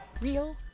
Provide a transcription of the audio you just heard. Real